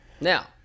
Now